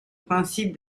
principe